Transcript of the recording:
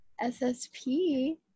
SSP